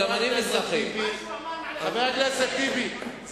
חבר הכנסת טיבי,